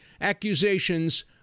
accusations